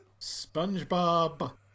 SpongeBob